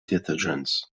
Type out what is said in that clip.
detergents